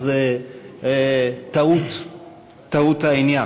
אז טעות העניין.